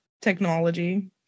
Technology